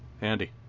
Andy